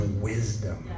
wisdom